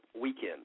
weekend